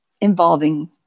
involving